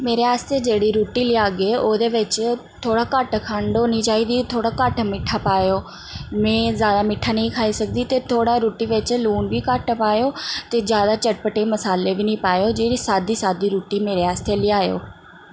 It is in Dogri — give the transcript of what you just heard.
मेरे आस्तै जेह्ड़ी रुट्टी लेआगे ओह्दे बिच्च थोह्ड़ा घट्ट खंड होनी चाहिदी थोह्ड़ा घट्ट मिट्ठा पाएओ में ज्यादा मिट्ठा नेईं खाई सकदी ते थोह्ड़ा रुट्टी बिच्च लून बी घट्ट पाएओ ते ज्यादा चटपटे मसाले बी नी पाएओ जेह्ड़ी सादी सादी रुट्टी मेरे आस्तै लेआएओ